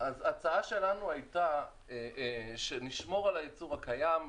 אז ההצעה שלנו הייתה שנשמור על הייצור הקיים,